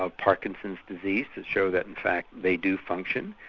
ah parkinson's disease, to show that in fact they do function,